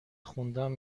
خوندن